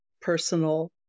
personal